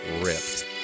ripped